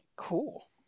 Cool